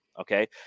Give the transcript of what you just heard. Okay